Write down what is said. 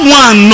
one